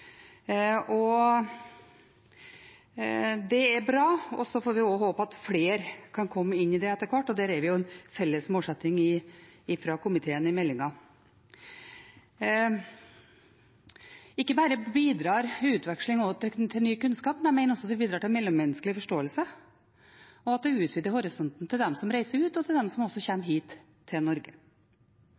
universiteter. Det er bra, og så får vi håpe at også flere kan komme inn i det etter hvert, og der er det en felles målsetting fra komiteen i innstillingen. Ikke bare bidrar utveksling til ny kunnskap, jeg mener også det bidrar til mellommenneskelig forståelse, og at det utvider horisonten til dem som reiser ut, og til dem som også kommer hit til Norge.